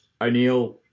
O'Neill